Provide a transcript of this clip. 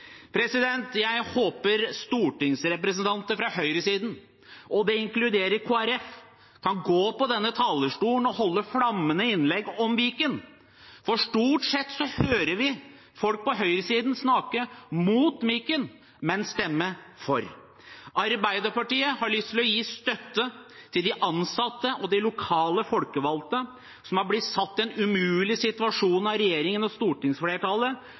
Jeg håper stortingsrepresentanter fra høyresiden, og det inkluderer Kristelig Folkeparti, kan gå på denne talerstolen og holde flammende innlegg om Viken, for stort sett hører vi folk på høyresiden snakke mot Viken, men stemme for. Arbeiderpartiet har lyst til å gi støtte til de ansatte og de lokale folkevalgte, som er blitt satt i en umulig situasjon av regjeringen og stortingsflertallet,